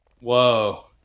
Whoa